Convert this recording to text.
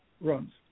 runs